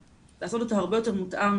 לעשות אותו הרבה יותר מותאם